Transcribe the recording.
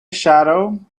shadow